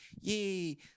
Yay